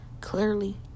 Clearly